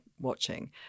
watching